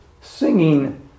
singing